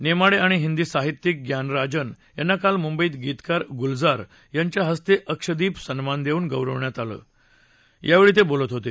नेमाडे आणि हिंदी साहित्यीक ग्यानराजन यांना काल मुंबईत गीतकार गुलजार यांच्या हस्ते अक्षदीप सन्मान देऊन गौरवण्यात आलं त्यावेळी ते बोलत होते